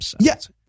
Yes